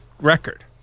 record